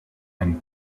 and